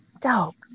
Dope